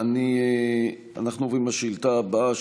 אנחנו עוברים לשאילתה הבאה,